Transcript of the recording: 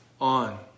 on